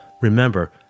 Remember